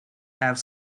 have